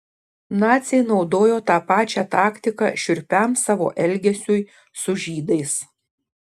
naciai naudojo tą pačią taktiką šiurpiam savo elgesiui su žydais